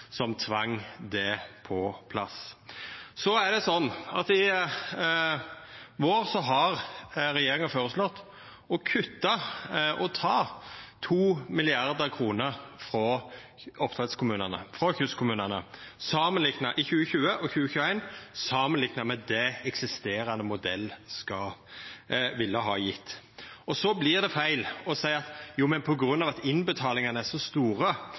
som tvang det på plass. I vår har regjeringa føreslått å kutta og ta 2 mrd. kr frå oppdrettskommunane, frå kystkommunane, i 2020 og 2021 samanlikna med det eksisterande modell ville ha gjeve. Det vert feil å seia at på grunn av at innbetalingane er så store,